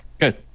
Good